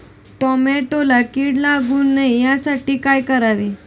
टोमॅटोला कीड लागू नये यासाठी काय करावे?